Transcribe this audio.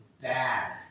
bad